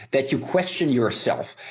that you question yourself.